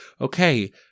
Okay